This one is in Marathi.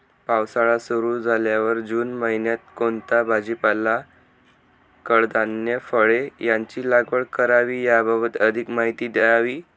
पावसाळा सुरु झाल्यावर जून महिन्यात कोणता भाजीपाला, कडधान्य, फळे यांची लागवड करावी याबाबत अधिक माहिती द्यावी?